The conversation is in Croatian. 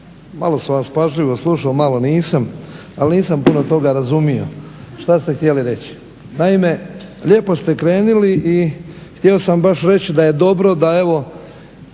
malo sam vas pažljivo slušao malo nisam, ali nisam puno toga razumio šta ste htjeli reći. Naime, lijepo ste krenuli i htio sam baš reći da je dobro da evo